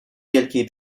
wielkiej